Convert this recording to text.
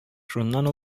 шуннан